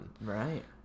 Right